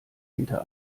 hinter